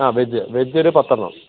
ആ veg veg ഒരു പത്തെണ്ണം